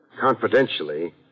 Confidentially